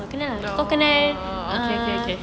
oh K K K